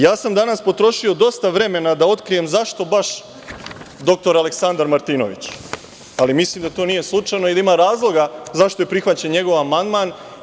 Ja sam danas potrošio dosta vremena da otkrijem zašto baš dr Aleksandar Martinović, ali mislim da to nije slučajno i da ima razloga zašto je prihvaćen njegov amandman.